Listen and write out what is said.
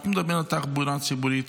אנחנו מדברים על תחבורה ציבורית,